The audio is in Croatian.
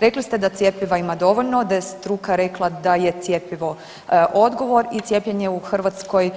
Rekli ste da cjepiva ima dovoljno da je struka rekla da je cjepivo odgovor i cijepljenje u Hrvatskoj